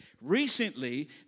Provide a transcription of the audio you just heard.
Recently